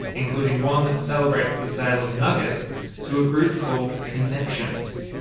including one that celebrates the sale of nugget to a group called connections.